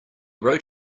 wrote